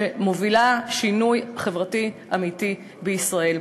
שמובילה שינוי חברתי אמיתי בישראל.